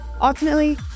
Ultimately